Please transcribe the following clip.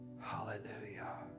Hallelujah